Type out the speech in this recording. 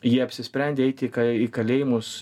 jie apsisprendė eiti į į kalėjimus